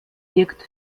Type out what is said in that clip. wirkt